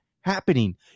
happening